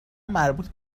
مربوط